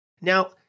Now